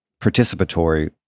participatory